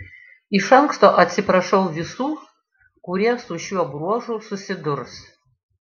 iš anksto atsiprašau visų kurie su šiuo bruožu susidurs